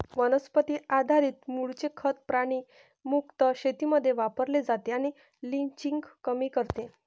वनस्पती आधारित मूळचे खत प्राणी मुक्त शेतीमध्ये वापरले जाते आणि लिचिंग कमी करते